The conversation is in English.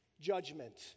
judgment